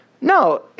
No